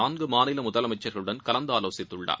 நான்கு மாநில முதலமைச்சர்களுடன் கலந்தாலோசித்துள்ளார்